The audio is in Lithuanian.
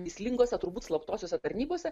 mįslingose turbūt slaptosiose tarnybose